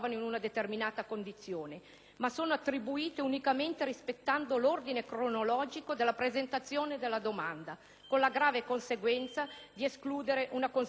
ma sono attribuite unicamente rispettando l'ordine cronologico della presentazione delle domande, con la grave conseguenza di escludere una considerevole quantità di persone.